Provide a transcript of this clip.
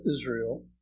Israel